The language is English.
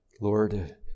Lord